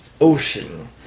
ocean